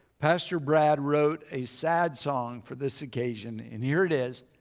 pastor brad wrote a sad song for this occasion and here it is.